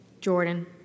Jordan